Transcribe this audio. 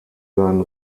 seinen